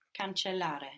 cancellare